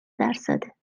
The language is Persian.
درصده